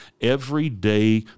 everyday